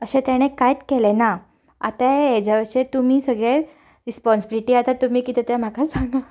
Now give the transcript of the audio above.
अशें तेणें कांयच केलें ना आंतां हेज्याचेर तुमी सगळे रिस्पोनसिबिलीटी आतां तुमी कितें तें म्हाका सांगात